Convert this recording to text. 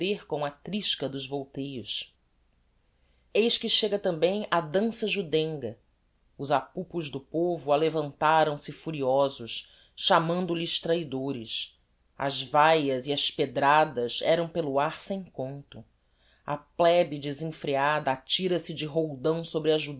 a trisca dos volteios eis que chega tambem a dansa judenga os apupos do povo alevantaram se furiosos chamando lhes traidores as vaias e as pedradas eram pelo ár sem conto a plebe desenfreada atira-se de roldão sobre a